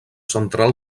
central